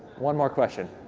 one more question.